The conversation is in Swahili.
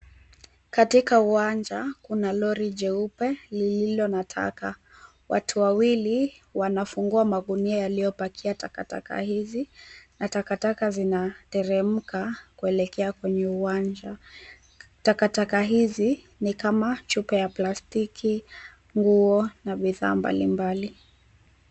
Katika uwanja kuna lori jeupe lililo na taka. Watu wawili wanafungua magunia yaliyopakia takataka hizi na takataka zinateremka kuelekea kwenye uwanja. Takataka hizi ni kama chupa ya plastiki, nguo na bidhaa mbalimbali.